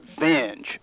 revenge